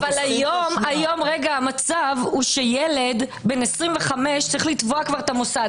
אבל היום המצב הוא שילד בן 25 צריך לתבוע את המוסד.